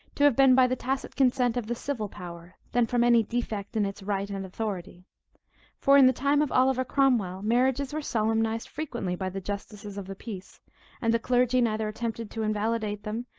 to have been by the tacit consent of the civil power, than from any defect in its right and authority for in the time of oliver cromwell, marriages were solemnized frequently by the justices of the peace and the clergy neither attempted to invalidate them,